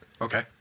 Okay